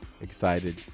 excited